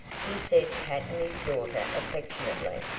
he said patting his daughter affectionately.